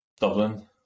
Dublin